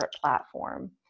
platform